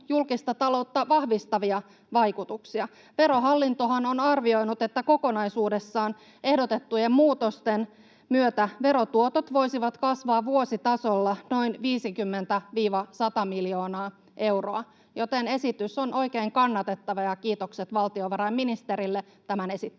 julkista taloutta vahvistavia vaikutuksia. Verohallintohan on arvioinut, että kokonaisuudessaan ehdotettujen muutosten myötä verotuotot voisivat kasvaa vuositasolla noin 50—100 miljoonaa euroa, joten esitys on oikein kannatettava. Kiitokset valtiovarainministerille tämän esittelystä.